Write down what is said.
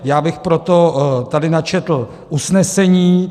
Já bych proto tady načetl usnesení.